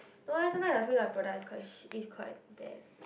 no lah sometimes I feel like product is quite shit is quite bad